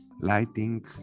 lighting